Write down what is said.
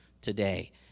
today